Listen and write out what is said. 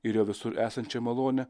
ir jo visur esančią malonę